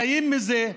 חיים מזה,